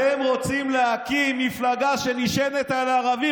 אתם רוצים להקים מפלגה שנשענת על ערבים?